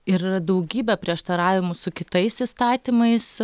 ir daugybę prieštaravimų su kitais įstatymais